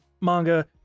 manga